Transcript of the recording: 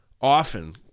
often